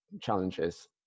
challenges